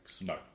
No